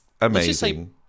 amazing